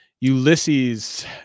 Ulysses